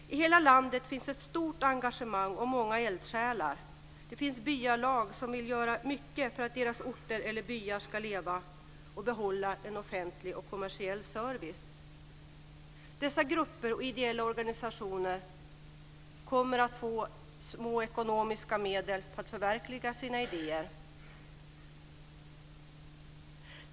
I hela landet finns ett stort engagemang och många eldsjälar. Det finns byalag som vill göra mycket för att deras orter eller byar ska leva och behålla en offentlig och kommersiell service. Dessa grupper och ideella organisationer kommer att få små ekonomiska medel för att förverkliga sina idéer.